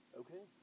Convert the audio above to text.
okay